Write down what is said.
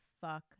fuck